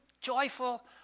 joyful